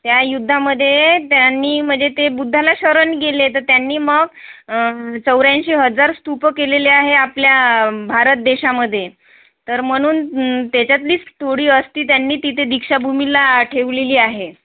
त्या युद्धामध्ये त्यांनी म्हणजे ते बुद्धाला शरण गेले तर त्यांनी मग चौऱ्यांशी हजार स्तूपं केलेले आहे आपल्या भारत देशामध्ये तर म्हणून त्याच्यातलीच थोडी अस्थी त्यांनी तिथे दीक्षाभूमीला ठेवलेली आहे